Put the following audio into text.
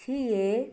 थिए